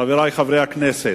חברי חברי הכנסת,